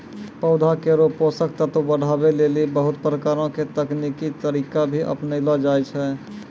पौधा केरो पोषक तत्व बढ़ावै लेलि बहुत प्रकारो के तकनीकी तरीका भी अपनैलो जाय छै